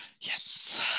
Yes